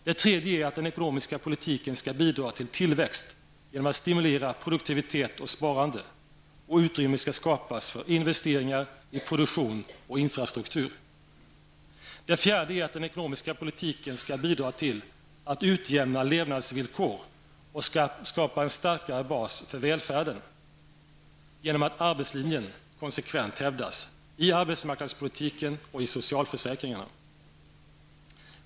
Det tredje är att den ekonomiska politiken skall bidra till tillväxt genom att stimulera produktivitet och sparande. Utrymme skall skapas för investeringar i produktion och infrastruktur. Det fjärde är att den ekonomiska politiken skall bidra till att utjämna levnadsvillkor och skapa en starkare bas för välfärden genom att arbetslinjen konsekvent hävdas -- i arbetsmarknadspolitiken och i socialförsäkringarna.